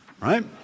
right